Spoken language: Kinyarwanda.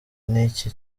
n’iki